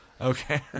Okay